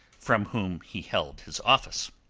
from whom he held his office?